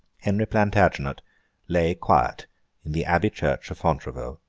henry plantagenet lay quiet in the abbey church of fontevraud,